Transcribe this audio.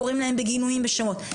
קוראים להם בגינויים בשמות.